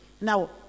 Now